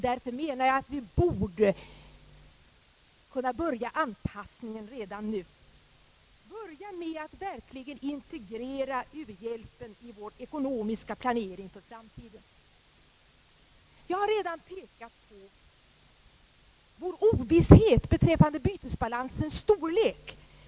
Därför menar jag att vi borde kunna börja anpassningen redan nu; börja med att verkligen integrera u-hjälpen i vår ekonomiska planering för framtiden. Jag har redan pekat på vår ovisshet beträffande bytesbalansens storlek.